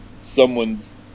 someone's